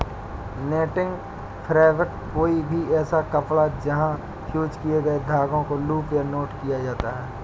netting fabric कोई भी ऐसा कपड़ा है जहाँ फ़्यूज़ किए गए धागों को लूप या नॉट किया जाता है